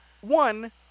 one